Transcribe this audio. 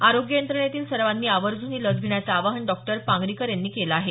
आरोग्य यंत्रणेतील सर्वांनी आवर्ज्रन ही लस घेण्याचं आवाहन डॉ पांगरीकर यांनी केलं आहे